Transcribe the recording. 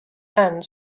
and